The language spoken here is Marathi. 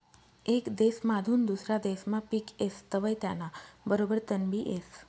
येक देसमाधून दुसरा देसमा पिक येस तवंय त्याना बरोबर तणबी येस